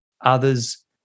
others